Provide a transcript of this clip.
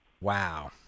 Wow